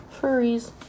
Furries